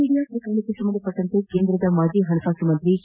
media ಪ್ರಕರಣಕ್ಕೆ ಸಂಬಂಧಿಸಿದಂತೆ ಕೇಂದ್ರದ ಮಾಜಿ ಹಣಕಾಸು ಸಚಿವ ಪಿ